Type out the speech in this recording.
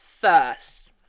first